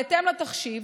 בהתאם לתחשיב,